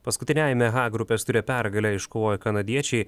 paskutiniajame h grupės ture pergalę iškovoję kanadiečiai